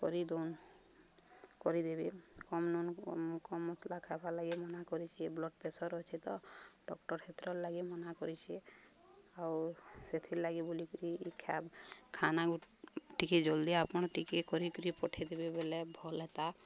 କରି ଦୁନ୍ କରିଦେବେ କମ୍ ନୁନ୍ କମ୍ କମ୍ ମସଲା ଖାଇବାର୍ ଲାଗି ମନା କରିଚି ବ୍ଲଡ଼୍ ପ୍ରେସର୍ ଅଛେ ତ ଡ଼କ୍ଟର୍ ହେତର୍ ଲାଗି ମନା କରିଛି ଆଉ ସେଥିର୍ ଲାଗି ବୁଲିକରି ଖାନା ଟିକେ ଜଲ୍ଦି ଆପଣ ଟିକେ କରିକିରି ପଠେଇ ଦେବେ ବଲେ ଭଲ୍ ହେତା